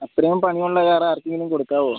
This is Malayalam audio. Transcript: അത്രയും പണിയുള്ള കാറ് ആർക്കെങ്കിലും കൊടുക്കാമോ